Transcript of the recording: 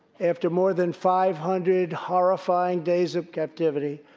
after more than five hundred horrifying days of captivity,